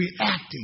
reacting